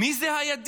מי זה הידיד?